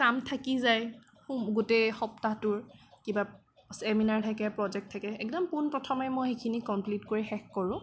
কাম থাকি যায় গোটেই সপ্তাহটোৰ কিবা চেমিনাৰ থাকে প্ৰজেক্ট থাকে একদম পোনপ্ৰথমে মই সেইখিনি কমপ্লিট কৰি শেষ কৰোঁ